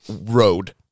road